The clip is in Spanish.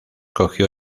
cogió